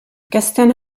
gestern